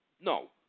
No